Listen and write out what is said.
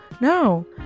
No